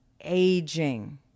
aging